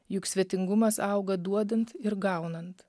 juk svetingumas auga duodant ir gaunant